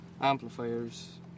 amplifiers